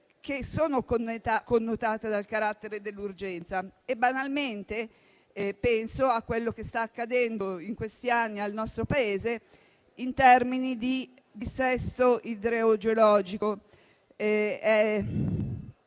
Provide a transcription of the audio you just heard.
esigenze connotate dal carattere di urgenza. Banalmente, penso a quello che sta accadendo in questi anni al nostro Paese in termini di dissesto idrogeologico.